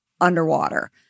underwater